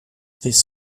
this